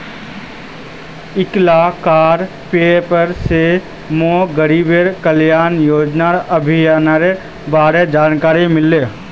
कइल कार पेपर स मोक गरीब कल्याण योजना अभियानेर बारे जानकारी मिलले